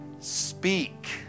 speak